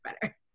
better